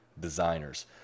designers